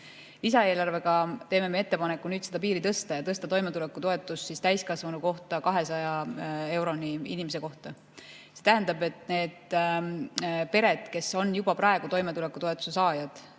Lisaeelarvega teeme ettepaneku nüüd seda piiri tõsta, tõsta toimetulekutoetus täiskasvanu kohta 200 euroni. See tähendab, et nende perede jaoks, kes on juba praegu toimetulekutoetuse saajad,